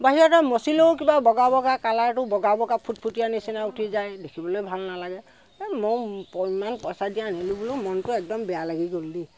বাহিৰতে মচিলেও কিবা বগা বগা কালাৰটো বগা বগা ফুটফুটীয়া নিচিনা উঠি যায় দেখিবলৈও ভাল নেলাগে ময়ো ইমান পইচা দি আনিলোঁ বোলো মনটো একদম বেয়া লাগি গ'ল দেই